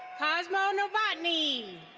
cosmo nobotni.